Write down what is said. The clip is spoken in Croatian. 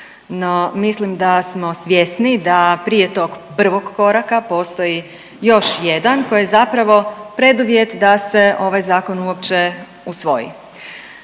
mislim da smo svjesni da prije tog prvog koraka postoji još jedan koji je zapravo preduvjet da se ovaj zakon uopće usvoji.